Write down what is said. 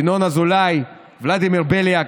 ינון אזולאי וולדימיר בליאק.